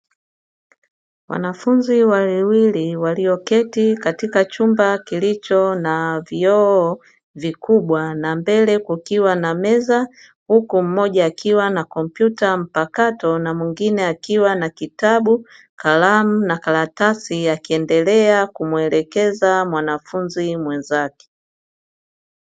Wanafunzi wawili walioketi katika chumba kilicho na vioo vikubwa, na mbele kukiwa na meza, huku mmoja akiwa na kompyuta mpakato, na mwingine akiwa na kitabu, kalamu na karatasi, akiendelea kumwelekeza mwanafunzi mwenzake.